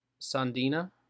Sandina